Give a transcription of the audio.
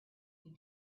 you